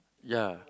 yeah